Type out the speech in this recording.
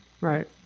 Right